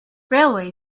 railway